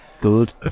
Good